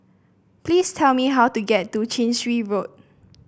please tell me how to get to Chin Swee Road